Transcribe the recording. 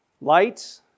Light